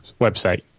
website